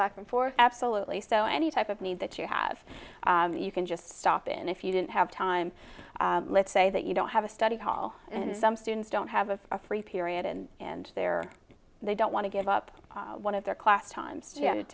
back and forth absolutely so any type of need that you have you can just stop and if you didn't have time let's say that you don't have a study hall and some students don't have a free period and in and there they don't want to give up one of their class times